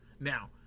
Now